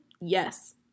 Yes